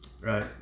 right